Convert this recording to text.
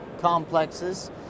complexes